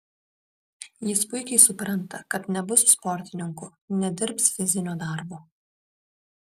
jis puikiai supranta kad nebus sportininku nedirbs fizinio darbo